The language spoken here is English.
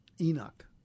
Enoch